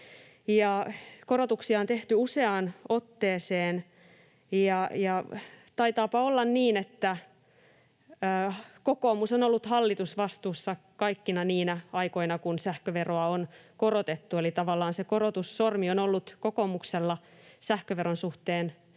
Korotuksia on tehty useaan otteeseen. Taitaapa olla niin, että kokoomus on ollut hallitusvastuussa kaikkina niinä aikoina, kun sähköveroa on korotettu, eli tavallaan se korotussormi on ollut kokoomuksella sähköveron suhteen